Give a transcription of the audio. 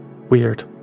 Weird